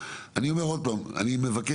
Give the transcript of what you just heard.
אני כן מבקש,